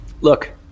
Look